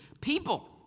People